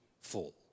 full